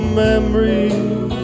memories